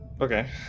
Okay